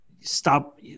stop